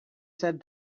said